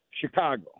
Chicago